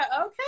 okay